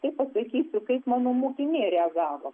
kaip pasakysiu kaip mano mokiniai reagavo